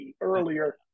earlier